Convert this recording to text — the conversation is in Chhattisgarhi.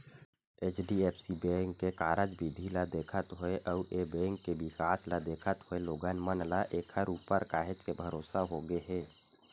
एच.डी.एफ.सी बेंक के कारज बिधि ल देखत होय अउ ए बेंक के बिकास ल देखत होय लोगन मन ल ऐखर ऊपर काहेच के भरोसा होगे हे